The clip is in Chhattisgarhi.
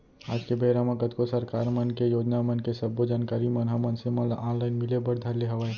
आज के बेरा म कतको सरकार मन के योजना मन के सब्बो जानकारी मन ह मनसे मन ल ऑनलाइन मिले बर धर ले हवय